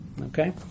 okay